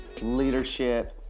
leadership